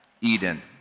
Eden